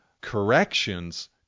corrections